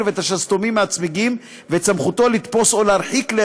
ואת השסתומים מהצמיגים ואת סמכותו לתפוס או להרחיק כלי